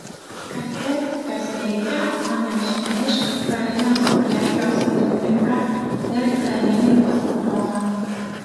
kalbėk kas reikia o ne šmeižk karinės kolegijos pirmininką ir karinį prokurorą